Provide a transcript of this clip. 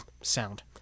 sound